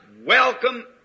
welcome